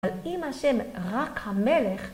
אבל אם השם רק המלך